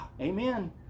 Amen